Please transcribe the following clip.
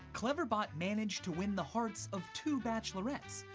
cleverbot managed to win the hearts of two bachelorettes,